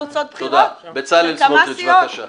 ישפיע על תוצאות בחירות לכמה סיעות,